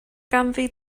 ganddi